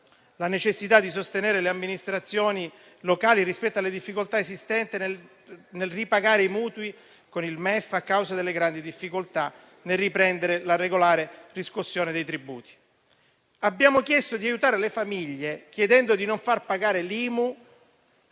la necessità di sostenerle rispetto alle difficoltà esistenti nel ripagare i mutui con il MEF, a causa delle grandi difficoltà nel riprendere la regolare riscossione dei tributi. Abbiamo chiesto di aiutare le famiglie, chiedendo di non far pagare l'IMU